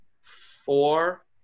four